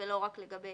ולא רק לגבי